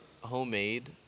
homemade